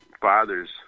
father's